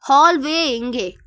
hallway எங்கே